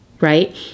right